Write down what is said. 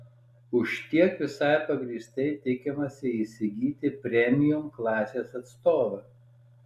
už tiek visai pagrįstai tikimasi įsigyti premium klasės atstovą